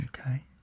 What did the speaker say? okay